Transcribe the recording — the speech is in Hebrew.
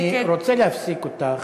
אני רוצה להפסיק אותך,